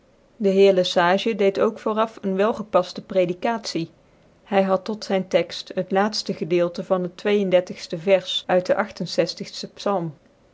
de heer lc sage deed ook vooraf een wclgcpafte predicatie hy had tot zyn text het laatfic gedeelte van het twee en dartigftc vers uit den